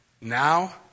Now